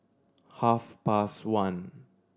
half past one